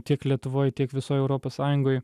tiek lietuvoj tiek visoj europos sąjungoj